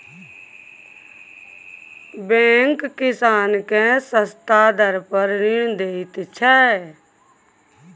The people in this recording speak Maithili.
बैंक किसान केँ सस्ता दर पर ऋण दैत छै